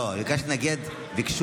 לא, ביקשו